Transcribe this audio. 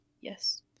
Yes